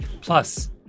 Plus